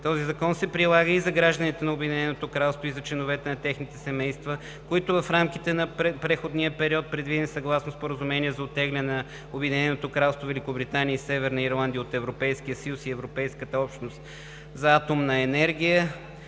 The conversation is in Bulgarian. Този закон се прилага и за гражданите на Обединеното кралство и за членовете на техните семейства, които в рамките на преходния период, предвиден съгласно Споразумение за оттегляне на Обединеното кралство Великобритания и Северна Ирландия от Европейския съюз и Европейската общност за атомна енергия